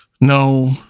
no